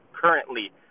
currently